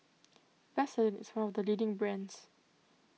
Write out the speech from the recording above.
Vaselin is one of the leading brands